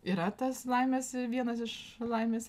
yra tas laimės vienas iš laimės